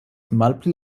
malpli